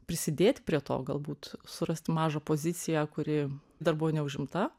prisidėti prie to galbūt surasti mažą poziciją kuri dar buvo neužimta